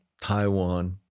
Taiwan